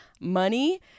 money